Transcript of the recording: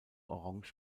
orange